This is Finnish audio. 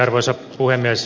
arvoisa puhemies